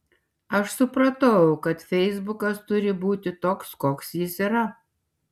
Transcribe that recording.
aš supratau kad feisbukas turi būti toks koks jis yra